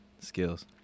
Skills